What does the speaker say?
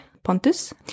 Pontus